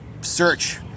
search